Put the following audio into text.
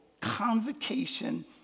convocation